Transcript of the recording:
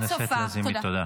חברת הכנסת לזימי, תודה.